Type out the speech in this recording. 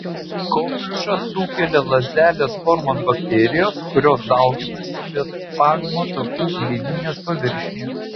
kokliušą sukelia lazdelės formos bakterijos kurios dauginasi kvėpavimo takų gleivinės paviršiuje